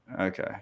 Okay